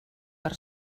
per